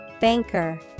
Banker